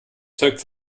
zeugt